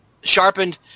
sharpened